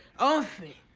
of the